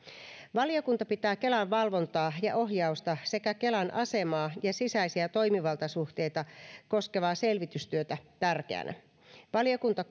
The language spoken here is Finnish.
valiokunta pitää kelan valvontaa ja ohjausta sekä kelan asemaa ja sisäisiä toimivaltasuhteita koskevaa selvitystyötä tärkeänä valiokunta